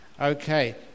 Okay